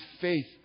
faith